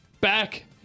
back